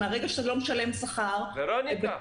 מהרגע שאתה לא משלם שכר --- ורוניקה,